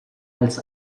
als